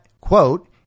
quote